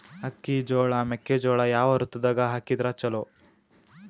ಅಕ್ಕಿ, ಜೊಳ, ಮೆಕ್ಕಿಜೋಳ ಯಾವ ಋತುದಾಗ ಹಾಕಿದರ ಚಲೋ?